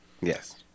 Yes